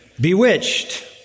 Bewitched